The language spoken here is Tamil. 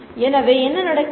எனவே என்ன நடக்கிறது